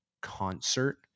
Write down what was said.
concert